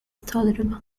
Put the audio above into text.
tolerable